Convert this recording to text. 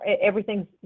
everything's